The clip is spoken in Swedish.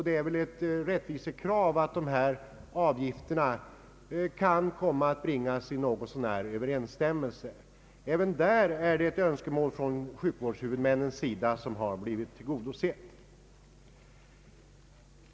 Det är ett rättvisekrav att dessa avgifter kan komma att bringas i någorlunda överensstämmelse. Även därvidlag har ett önskemål från sjukvårdshuvudmännens sida blivit tillgodosett.